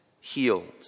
healed